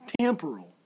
Temporal